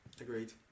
Agreed